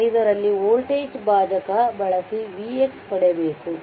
5 ರಲ್ಲಿ ವೋಲ್ಟೇಜ್ ಭಾಜಕ ಬಳಸಿ vx ಪಡೆಯಬೇಕು